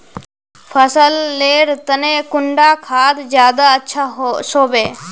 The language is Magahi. फसल लेर तने कुंडा खाद ज्यादा अच्छा सोबे?